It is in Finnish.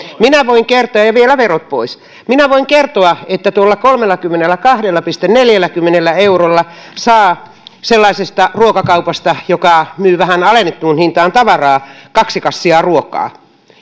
ja ja vielä verot pois minä voin kertoa että tuolla kolmellakymmenelläkahdella pilkku neljälläkymmenellä eurolla saa sellaisesta ruokakaupasta joka myy vähän alennettuun hintaan tavaraa kaksi kassia ruokaa